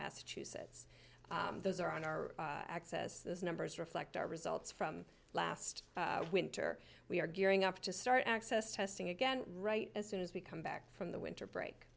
massachusetts those are on our access those numbers reflect our results from last winter we are gearing up to start access testing again right as soon as we come back from the winter break